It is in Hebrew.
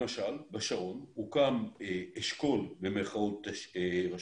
למשל, בשרון הוקם אשכול, במרכאות, רשויות,